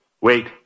Wait